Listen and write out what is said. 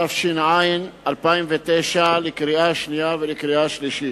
התש"ע 2009, לקריאה שנייה ולקריאה שלישית.